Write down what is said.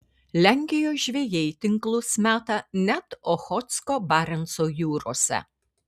lenkijos žvejai tinklus meta net ochotsko barenco jūrose